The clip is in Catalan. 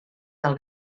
del